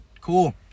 cool